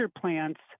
plants